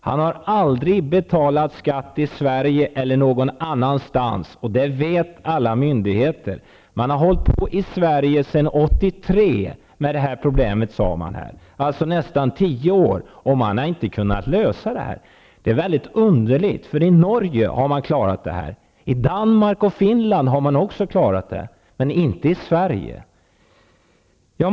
Han har aldrig betalat skatt i Sverige eller någon annanstans, och det vet alla myndigheter. Man har i Sverige försökt lösa det problemet sedan 1983, har det sagts -- det är alltså i nästan tio år -- men har inte lyckats. Det är väldigt underligt; i Norge har man klarat det här, i Danmark och Finland har man också klarat det, men inte i Sverige.